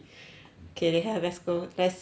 K they have let's go let's see if we can have